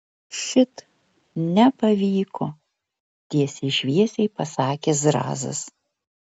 šit nepavyko tiesiai šviesiai pasakė zrazas